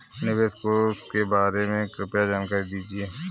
निवेश कोष के बारे में कृपया जानकारी दीजिए